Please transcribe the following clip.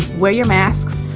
wear your masks,